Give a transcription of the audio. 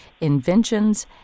Inventions